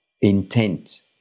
intent